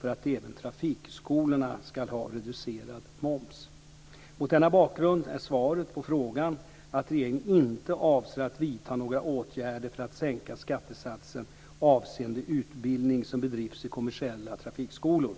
för att även trafikskolorna ska ha reducerad moms. Mot denna bakgrund är svaret på frågan att regeringen inte avser att vidta några åtgärder för att sänka skattesatsen avseende utbildning som bedrivs i kommersiella trafikskolor.